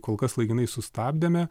kol kas laikinai sustabdėme